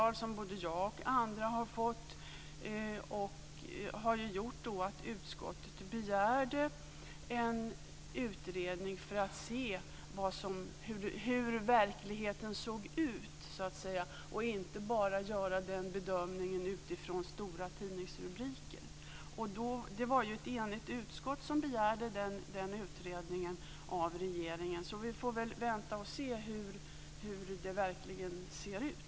Både jag och andra har fått telefonsamtal. Det har gjort att utskottet begärde en utredning för att se hur verkligheten såg ut och inte bara göra den bedömningen utifrån stora tidningsrubriker. Det var ett enigt utskott som begärde den utredningen av regeringen. Vi får väl vänta och se hur det verkligen ser ut.